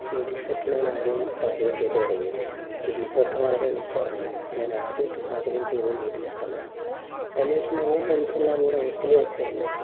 ന്യൂഡിൽസൊക്കെ ഞാൻ ആദ്യം പാചകം ചെയ്ത് തുടങ്ങിയത് നൂഡിൽസ് വയ്ക്കാൻ വളരെ എളുപ്പമാണല്ലോ അപ്പോൾ ഞാൻ ആദ്യമായിട്ട് പാചകം ചെയ്തത് ന്യൂഡിൽസാണ് അതിനുശേഷം ഞങ്ങൾ ഫ്രണ്ട്സ് എല്ലാംകൂടി ഹോസ്റ്റലിൽ വച്ചു തന്നെ